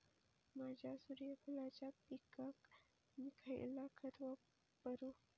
माझ्या सूर्यफुलाच्या पिकाक मी खयला खत वापरू?